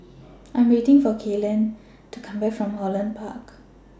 I Am waiting For Kaylan to Come Back from Holland Park